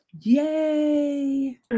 Yay